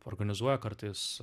organizuoja kartais